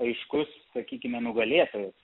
aiškus sakykime nugalėtojas